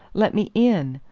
let me in!